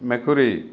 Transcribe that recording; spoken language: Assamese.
মেকুৰী